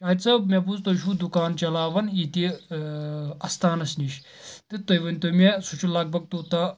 آیت صوب مےٚ بوٗز تُہۍ چھو دُکان چَلاوان ییٚتہِ اَستانس نِش تہٕ تُہۍ ؤنۍ تو مےٚ سُہ چھُ لَگ بگ توٚتاہ